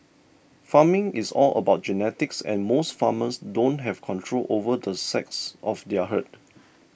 farming is all about genetics and most farmers don't have control over the sex of their herd